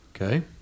Okay